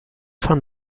von